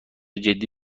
جدی